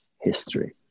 history